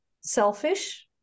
selfish